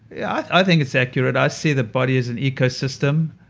yeah, i think it's accurate. i see the body as an ecosystem.